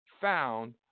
found